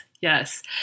Yes